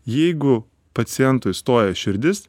jeigu pacientui stoja širdis